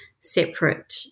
separate